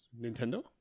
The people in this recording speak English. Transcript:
Nintendo